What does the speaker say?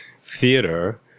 theater